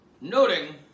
Noting